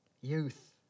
youth